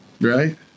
Right